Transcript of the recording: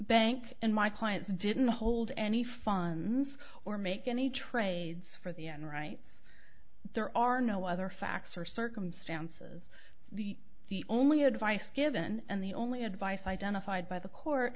bank and my client didn't hold any funds or make any trades for the end right there are no other facts or circumstances the the only advice given and the only advice identified by the court